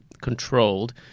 controlled